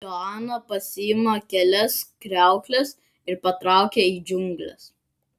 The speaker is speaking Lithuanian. joana pasiima kelias kriaukles ir patraukia į džiungles